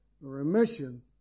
remission